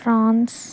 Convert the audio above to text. prawns